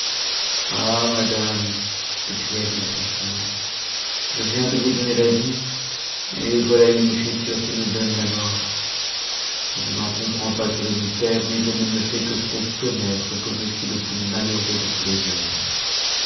ah madame sécria t ii tristement je viens de vous donner la vie et voilà une écriture qm me donne la mort je n'en comprends pas tout le mystère mais e e ne me fait que trop connattre que je suis le plus malheureux de tous les hommes